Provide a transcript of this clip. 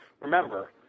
remember